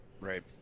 Right